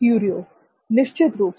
क्युरिओ निश्चित रूप से